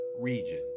region